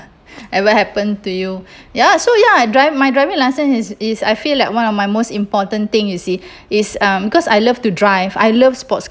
ever happen to you ya so ya I drive my driving license is is I feel like one of my most important thing you see is um because I love to drive I love sports